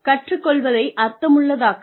கற்றுக் கொள்வதை அர்த்தமுள்ளதாக்குதல்